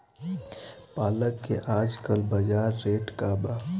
पालक के आजकल बजार रेट का बा?